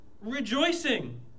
rejoicing